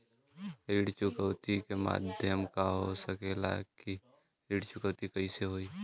ऋण चुकौती के माध्यम का हो सकेला कि ऋण चुकौती कईसे होई?